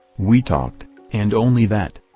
we talked and only that.